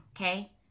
okay